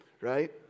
right